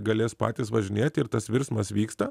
galės patys važinėti ir tas virsmas vyksta